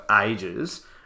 ages